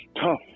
tough